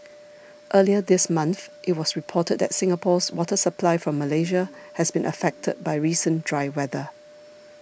earlier this month it was reported that Singapore's water supply from Malaysia has been affected by recent dry weather